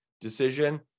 decision